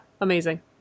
amazing